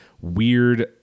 weird